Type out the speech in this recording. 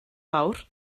fawr